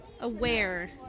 aware